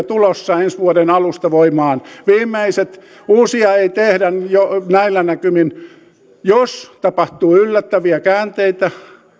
tulossa ensi vuoden alusta voimaan uusia ei tehdä näillä näkymin jos tapahtuu yllättäviä käänteitä